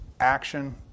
action